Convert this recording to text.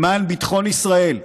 למען ביטחון ישראל.